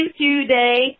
today